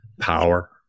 power